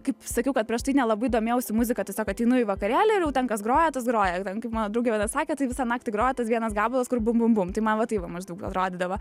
kaip sakiau kad prieš tai nelabai domėjausi muzika tiesiog ateinu į vakarėlį ir jau ten kas groja tas groja jau ten kaip mano draugė viena sakė tai visą naktį grojo tas vienas gabalas kur bum bum bum tai man va tai va maždaug atrodydavo